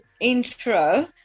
intro